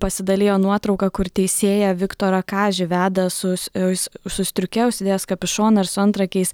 pasidalijo nuotrauka kur teisėją viktorą kažį veda su su su striuke užsidėjęs kapišoną ir su antrankiais